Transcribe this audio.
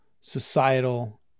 societal